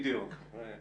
בדיוק.